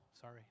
Sorry